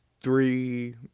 three